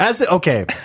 Okay